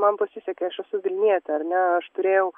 man pasisekė aš esu vilnietė ar ne aš turėjau